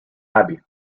abby